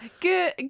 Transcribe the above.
good